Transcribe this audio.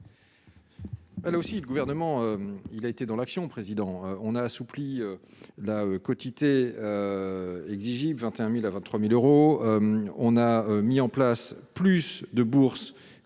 aussi le gouvernement, il a été dans l'action, président on a assoupli la quotité exigibles 21000 à 23000 euros, on a mis en place plus de bourse